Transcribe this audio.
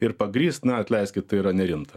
ir pagrįst na atleiskit tai yra nerimta